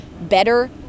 better